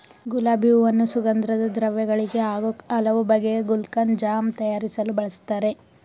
ಗುಲಾಬಿ ಹೂವನ್ನು ಸುಗಂಧದ್ರವ್ಯ ಗಳಿಗೆ ಹಾಗೂ ಹಲವು ಬಗೆಯ ಗುಲ್ಕನ್, ಜಾಮ್ ತಯಾರಿಸಲು ಬಳ್ಸತ್ತರೆ